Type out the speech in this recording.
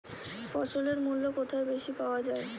ফসলের মূল্য কোথায় বেশি পাওয়া যায়?